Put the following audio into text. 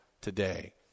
today